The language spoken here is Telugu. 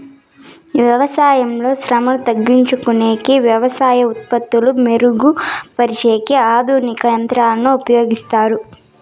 వ్యవసాయంలో శ్రమను తగ్గించుకొనేకి వ్యవసాయ ఉత్పత్తులు మెరుగు పరిచేకి ఆధునిక యంత్రాలను ఉపయోగిస్తారు